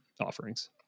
offerings